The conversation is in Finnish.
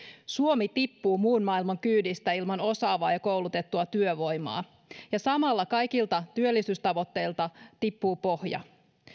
suomi tippuu muun maailman kyydistä ilman osaavaa ja koulutettua työvoimaa ja samalla kaikilta työllisyystavoitteilta tippuu pohja